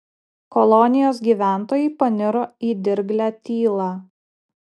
kolonijos gyventojai paniro į dirglią tylą